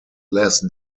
les